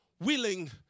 willing